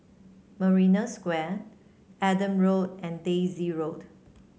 Marina Square Adam Road and Daisy Road